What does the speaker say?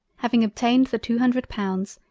having obtained the two hundred pounds,